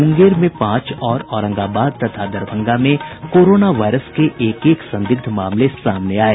मुंगेर में पांच और औरंगाबाद तथा दरभंगा में कोरोना वायरस के एक एक संदिग्ध मामले सामने आये